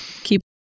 keep